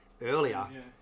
earlier